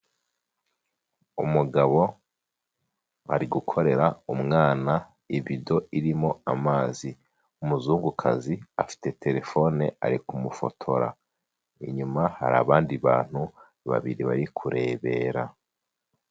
Umugabo ari gukorera umwana ibido irimo amazi, umuzungukazi afite terefone ari kumufotora, inyuma hari abandi bantu babiri bari kurebera.